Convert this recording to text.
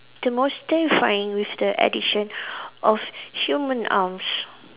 the most terrifying with the addition of human arms